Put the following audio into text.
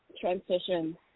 transition